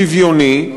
שוויוני,